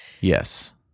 Yes